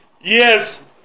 Yes